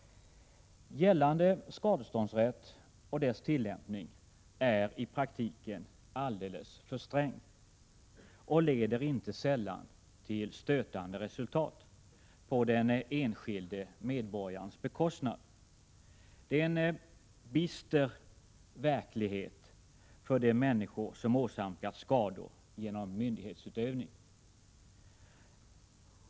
Gällande skadeståndsrätt och dess tillämpning är i praktiken alldeles för sträng och leder inte sällan till stötande resultat på den enskilde medborgarens bekostnad. Det är en bister verklighet för de människor som åsamkats skador genom myndighetsutövning.